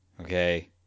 okay